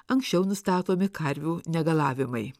anksčiau nustatomi karvių negalavimai